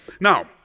Now